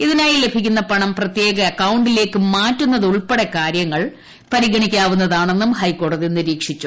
ഇതിനായി ലഭിക്കുന്ന പണം പ്രത്യേക അക്കൌ ിലേക്ക് മാറ്റുന്നതുൾപ്പെടെയുള്ള കാര്യങ്ങൾ പരിഗണിക്കാവുന്നതാണെന്നും ഹൈക്കോടതി നിരീക്ഷിച്ചു